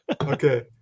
Okay